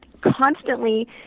constantly